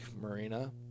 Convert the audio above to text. Marina